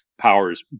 powers